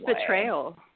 betrayal